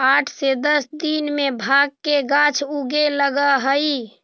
आठ से दस दिन में भाँग के गाछ उगे लगऽ हइ